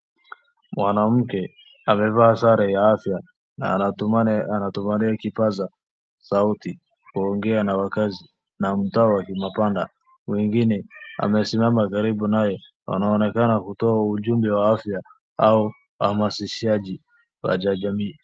Mwanamke amevaa sare ya afya na anatumia kipaza sauti kuongea na wakazi na mtaa wa kimapanda, mwingine amesimama karibu naye wanaonekana kutoa ujumbe wa afya au hamasishaji ya jamii.